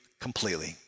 completely